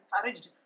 encouraged